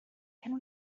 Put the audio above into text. can